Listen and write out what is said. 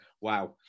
wow